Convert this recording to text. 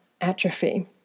atrophy